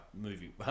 movie